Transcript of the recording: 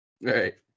Right